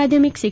માધ્યમિક શિ